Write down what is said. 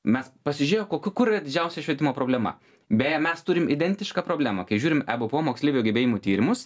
mes pasižiūrėjo kokių kur didžiausia švietimo problema beje mes turim identišką problemą kai žiūrim ebpo moksleivio gebėjimų tyrimus